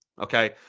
Okay